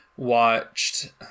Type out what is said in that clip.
Watched